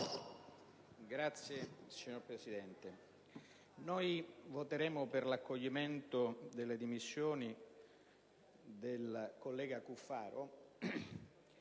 Signor Presidente, noi voteremo per l'accoglimento delle dimissioni del collega Cuffaro